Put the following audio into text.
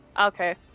Okay